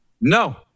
No